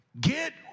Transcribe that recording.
Get